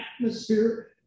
atmosphere